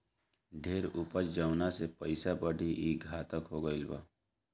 ढेर उपज जवना से पइसा बढ़ी, ई घातक हो गईल बा